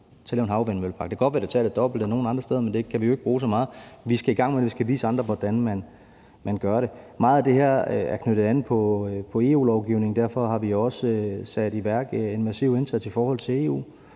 til at lave en havvindmøllepark. Det kan godt være, det tager den dobbelte tid nogle andre steder, men det kan vi jo ikke bruge til så meget. Vi skal i gang, og vi skal vise andre, hvordan man gør det. Meget af det her er knyttet op på EU-lovgivning, og derfor har vi også iværksat en massiv indsats i forhold til EU